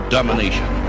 Domination